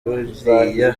buriya